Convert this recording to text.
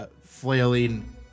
flailing